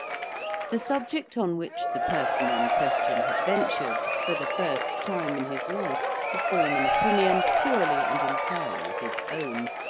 the subject on which the person in question had ventured, for the first time in his life, to form an opinion purely and entirely his own,